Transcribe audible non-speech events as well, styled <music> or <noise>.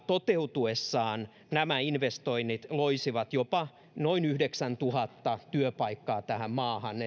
toteutuessaan nämä investoinnit loisivat jopa noin yhdeksäntuhatta työpaikkaa tähän maahan <unintelligible>